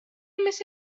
مثل